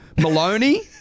Maloney